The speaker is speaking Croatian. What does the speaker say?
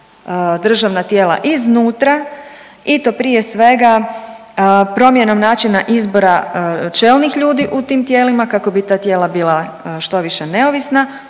državna tijela iznutra i to prije svega promjenom načina izbora čelnih ljudi u tim tijelima kako bi ta tijela bila što više neovisna.